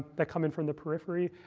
that come in from the periphery,